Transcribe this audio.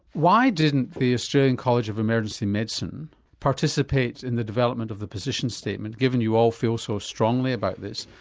why didn't the australian college of emergency medicine participate in the development of the position statement given that you all feel so strongly about this?